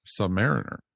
Submariner